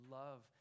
love